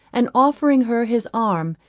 and offering her his arm,